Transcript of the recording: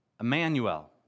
Emmanuel